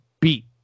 beat